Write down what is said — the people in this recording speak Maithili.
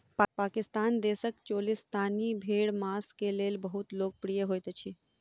पाकिस्तान देशक चोलिस्तानी भेड़ मांस के लेल बहुत लोकप्रिय होइत अछि